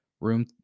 room